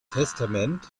testament